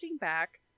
back